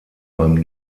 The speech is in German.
beim